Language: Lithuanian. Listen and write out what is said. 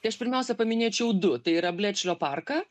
tai aš pirmiausia paminėčiau du tai yra blečlio parką